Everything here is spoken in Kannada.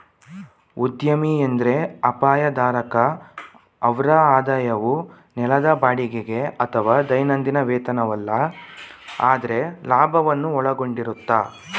ಉದ್ಯಮಿ ಎಂದ್ರೆ ಅಪಾಯ ಧಾರಕ ಅವ್ರ ಆದಾಯವು ನೆಲದ ಬಾಡಿಗೆಗೆ ಅಥವಾ ದೈನಂದಿನ ವೇತನವಲ್ಲ ಆದ್ರೆ ಲಾಭವನ್ನು ಒಳಗೊಂಡಿರುತ್ತೆ